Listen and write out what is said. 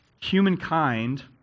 humankind